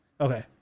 Okay